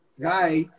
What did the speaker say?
guy